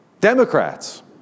Democrats